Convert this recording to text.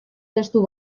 testu